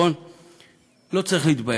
לא צריך להתבייש.